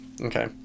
okay